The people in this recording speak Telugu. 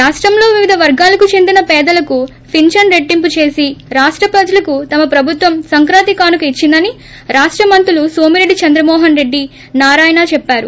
రాష్టంలో వివిధ వర్గాలకు చెందిన పేదలకు పింఛను రెట్టింపు చేసి రాష్ట ప్రజలకు తమ్ ప్రబుత్వం సంక్రాంతి కానుక ఇచ్చిందని రాష్ట మంత్రులు నోమిరెడ్డి చంద్రమోహన్రెడ్డి నారాయణ చెప్పారు